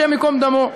השם ייקום דמו.